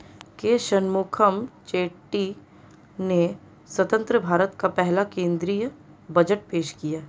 के शनमुखम चेट्टी ने स्वतंत्र भारत का पहला केंद्रीय बजट पेश किया